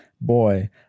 Boy